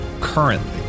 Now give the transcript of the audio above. currently